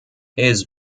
his